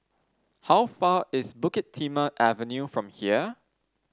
how far is Bukit Timah Avenue from here